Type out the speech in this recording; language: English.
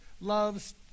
loves